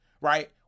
right